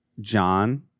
john